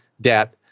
debt